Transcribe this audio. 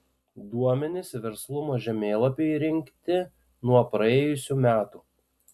duomenys verslumo žemėlapiui rinkti nuo praėjusių metų